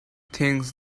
things